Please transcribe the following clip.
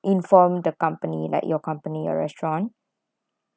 inform the company like your company or restaurant